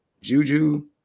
Juju